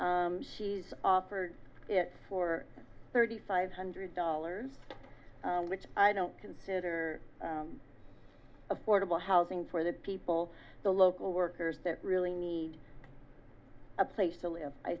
she's offered it for thirty five hundred dollars which i don't consider affordable housing for the people the local workers that really need a place to live i